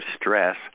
stress